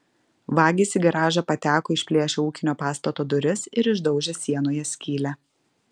vagys į garažą pateko išplėšę ūkinio pastato duris ir išdaužę sienoje skylę